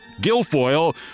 Gilfoyle